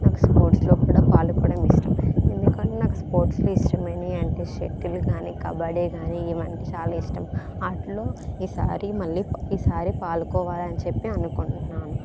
నాకు స్పోర్ట్స్ లో కూడా పాలుకోవడం ఇష్టం ఎందుకంటే నాకు స్పోర్ట్స్ లో ఇష్టమైనవి అంటే షటిల్ కాని కబడ్డీ కాని ఇవంటే చాలా ఇష్టం వాటిలో ఈసారి మళ్ళీ ఈసారి పాలుకోవాలని చెప్పి అనుకుంటున్నాను